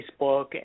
Facebook